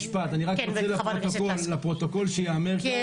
אני רק רוצה לפרוטוקול שייאמר,